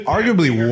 Arguably